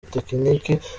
tekiniki